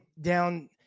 down